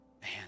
man